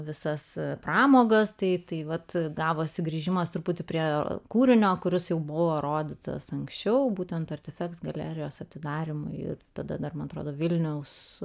visas pramogas tai vat gavosi grįžimas truputį prie kūrinio kuris jau buvo rodytas anksčiau būtent galerijos atidarymą ir tada dar man atrodo vilniaus